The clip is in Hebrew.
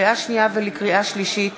לקריאה שנייה ולקריאה שלישית: